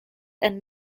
and